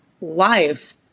life